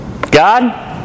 God